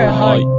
hi